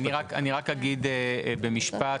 אני רק אגיד במשפט,